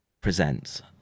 presents